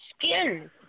skin